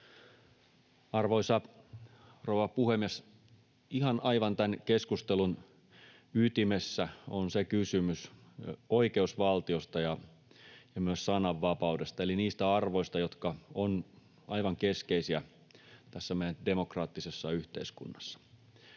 Arvoisa rouva puhemies! Ihan tämän keskustelun ytimessä on se kysymys oikeusvaltiosta ja myös sananvapaudesta eli niistä arvoista, jotka ovat aivan keskeisiä tässä meidän demokraattisessa yhteiskunnassa.